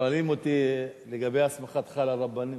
שואלים אותי לגבי הסמכתך לרבנות,